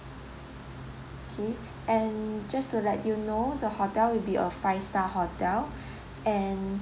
okay and just to let you know the hotel will be a five star hotel and